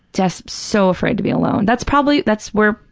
just so afraid to be alone. that's probably, that's where,